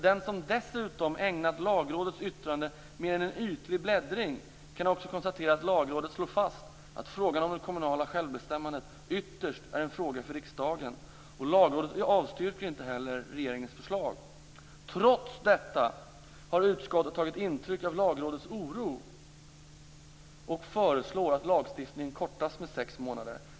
Den som dessutom ägnat Lagrådets yttrande mer än en ytlig bläddring kan också konstatera att Lagrådet slår fast att frågan om det kommunala självbestämmandet ytterst är en fråga för riksdagen. Lagrådet avstyrker inte heller regeringens förslag. Trots detta har utskottet tagit intryck av Lagrådets oro och föreslår att lagstiftningen kortas med sex månader.